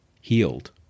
healed